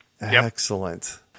excellent